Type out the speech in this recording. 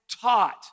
taught